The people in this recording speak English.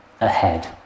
ahead